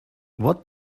what